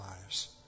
lives